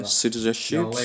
citizenship